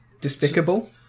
Despicable